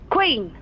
Queen